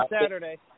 Saturday